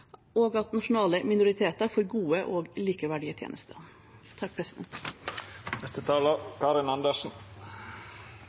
Nasjonale minoriteter får gode og likeverdige tjenester.